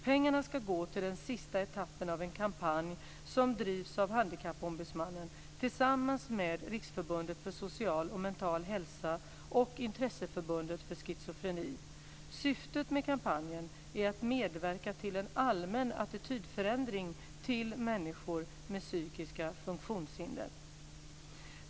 Pengarna ska gå till den sista etappen av en kampanj som drivs av Handikappombudsmannen tillsammans med Riksförbundet för Social och Mental hälsa och Intresseförbundet för Schizofreni. Syftet med kampanjen är att medverka till en allmän attitydförändring till människor med psykiska funktionshinder.